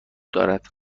دارد